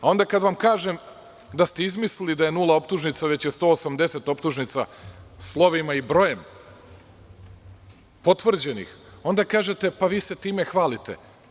A onda kad vam kažem da ste izmislili da je nula optužnica, već je 180 optužnica slovima i brojem, potvrđenih, onda kažete – pa vi se time hvalite.